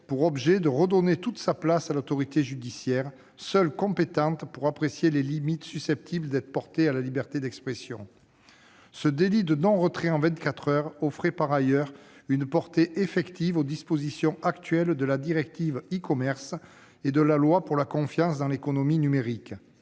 pour objet de redonner toute sa place à l'autorité judiciaire, seule compétente pour apprécier les limites susceptibles d'être portées à la liberté d'expression. Ce délit de non-retrait en vingt-quatre heures offrait, par ailleurs, une portée effective aux dispositions actuelles de la directive e-commerce et de la loi pour la confiance dans l'économie numérique.